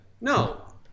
No